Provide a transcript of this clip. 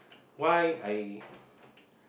why I